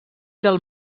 del